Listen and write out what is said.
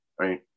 right